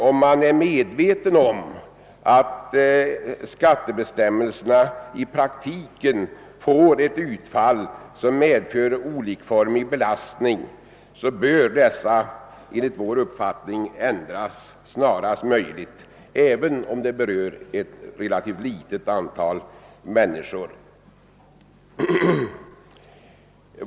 Om man är medveten om att skattebestämmelserna i praktiken får ett utfall som medför olikformig belastning, bör dessa enligt vår uppfattning ändras snarast möjligt, oaktat de berör ett relativt litet antal människor.